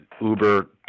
uber